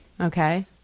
Okay